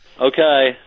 Okay